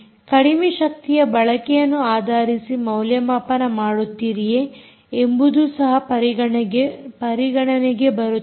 ಕಡಿಮೆ ಶಕ್ತಿಯ ಬಳಕೆಯನ್ನು ಆಧಾರಿಸಿ ಮೌಲ್ಯಮಾಪನ ಮಾಡುತ್ತೀರಿಯೇ ಎಂಬುವುದು ಸಹ ಪರಿಗಣನೆಗೆ ಬರುತ್ತದೆ